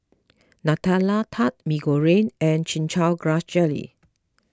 Nutella Tart Mee Goreng and Chin Chow Grass Jelly